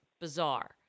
bizarre